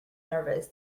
nervous